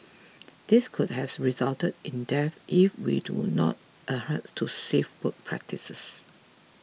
these could have resulted in deaths if we do not adhere to safe work practices